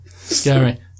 Scary